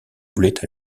voulait